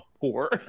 poor